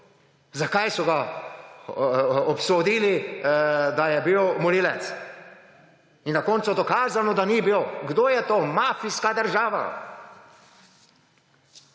zakaj so ga obsodili, da je bil morilec. In na koncu dokazano, da ni bil. Kdo je to? Mafijska država.